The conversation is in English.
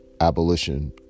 abolition